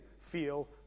feel